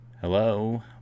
Hello